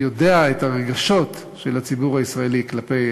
שיודע את הרגשות של הציבור הישראלי כלפי